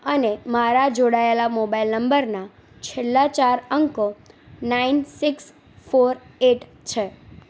અને મારા જોડાયેલા મોબાઇલ નંબરના છેલ્લા ચાર અંકો નાઇન સિક્સ ફોર એટ છે